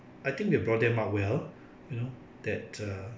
I think we have brought them up well you know that uh